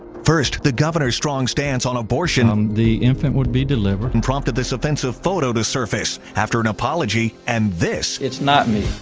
first, the governor's strong stance on abortion um the infant would be delivered and prompted this offensive photo to surface after an apology and this it's not me.